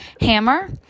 Hammer